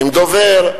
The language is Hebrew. עם דובר,